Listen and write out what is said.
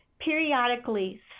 periodically